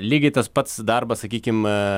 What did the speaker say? lygiai tas pats darbas sakykim